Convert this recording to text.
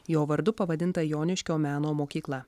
jo vardu pavadinta joniškio meno mokykla